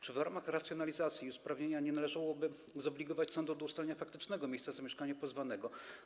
Czy w ramach racjonalizacji i usprawnienia nie należałoby zobligować sądu do ustalenia faktycznego miejsca zamieszkania pozwanego?